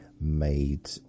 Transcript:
made